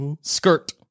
Skirt